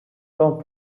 come